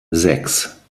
sechs